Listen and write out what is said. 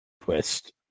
twist